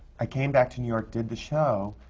i came back to new york, did the show,